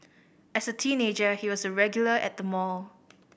as a teenager he was a regular at the mall